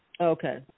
Okay